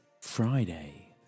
Friday